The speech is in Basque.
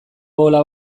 bola